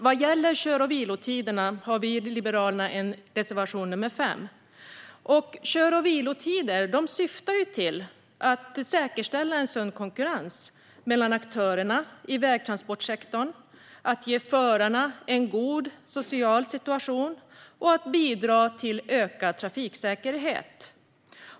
Vi i Liberalerna har en reservation om kör och vilotider, reservation 5. Kör och vilotider syftar till att säkerställa en sund konkurrens mellan aktörerna i vägtransportsektorn, att ge förarna en god social situation och att bidra till ökad trafiksäkerhet.